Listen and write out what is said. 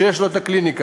שיש לו שם קליניקה.